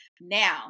Now